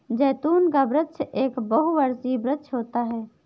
जैतून का वृक्ष एक बहुवर्षीय वृक्ष होता है